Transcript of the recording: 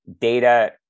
data